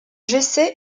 jessé